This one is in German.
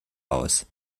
aus